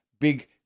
big